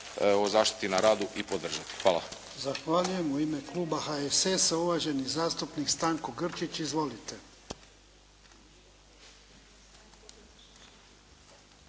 o zaštiti na radu i podržati. Hvala. **Jarnjak, Ivan (HDZ)** Zahvaljujem. U ime kluba HSS-a, uvaženi zastupnik Stanko Grčić. Izvolite.